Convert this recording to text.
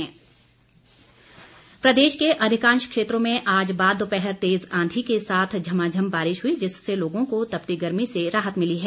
मौसम प्रदेश के अधिकांश क्षेत्रों में आज बाद दोपहर तेज आंधी के साथ झमाझम बारिश हुई जिससे लोगों को तपती गर्मी से राहत भिली है